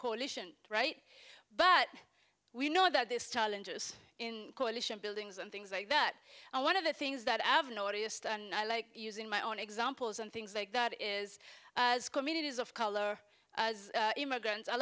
coalition right but we know that this challenge is in coalition buildings and things like that and one of the things that i've noticed and i like using my own examples and things like that is as communities of color as immigrants a